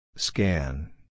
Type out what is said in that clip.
Scan